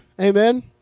Amen